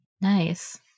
Nice